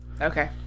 Okay